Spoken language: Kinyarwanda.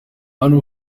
hano